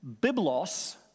biblos